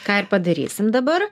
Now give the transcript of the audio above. ką ir padarysim dabar